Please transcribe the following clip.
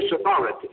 authority